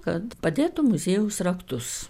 kad padėtų muziejaus raktus